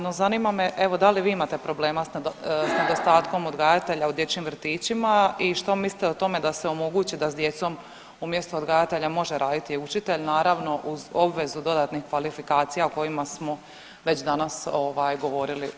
No zanima me da li vi imate problema s nedostatkom odgajatelja u dječjim vrtićima i što mislite o tome da se omogući da s djecom umjesto odgajatelja može raditi učitelj, naravno uz obvezu dodatnih kvalifikacija o kojima smo već danas govorili u raspravi?